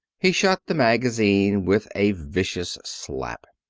he shut the magazine with a vicious slap.